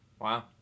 Wow